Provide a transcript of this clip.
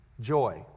joy